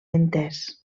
entès